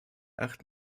acht